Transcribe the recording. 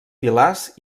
pilars